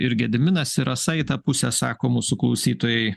ir gediminas ir rasa į tą pusę sako mūsų klausytojai